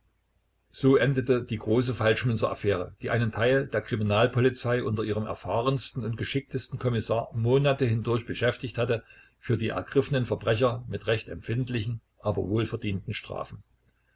so endete die große falschmünzeraffäre die einen teil der kriminalpolizei unter ihrem erfahrensten und geschicktesten kommissar monate hindurch beschäftigt hatte für die ergriffenen verbrecher mit recht empfindlichen aber wohlverdienten strafen